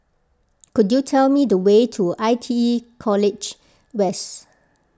could you tell me the way to I T E College West